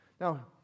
Now